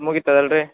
ಮುಗಿತದೆ ಅಲ್ರಿ